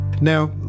Now